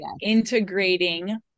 integrating